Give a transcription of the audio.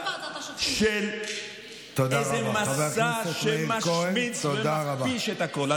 של איזה מסע שמשמיץ ומכפיש את הכול.